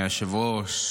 ויובל מרציאנו.